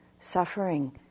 suffering